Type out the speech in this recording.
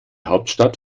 hauptstadt